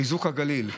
חיזוק הגליל,